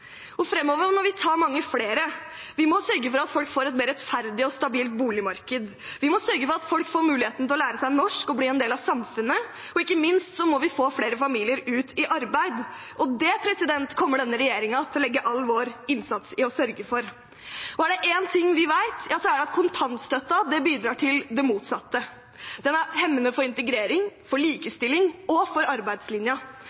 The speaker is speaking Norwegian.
må vi ta mange flere. Vi må sørge for at folk får et mer rettferdig og stabilt boligmarked. Vi må sørge for at folk får muligheten til å lære seg norsk og bli en del av samfunnet, og ikke minst må vi få flere familier ut i arbeid. Det kommer denne regjeringen til å legge all vår innsats i å sørge for. Er det én ting vi vet, er det at kontantstøtten bidrar til det motsatte. Den er hemmende for integrering, for